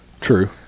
True